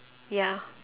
ya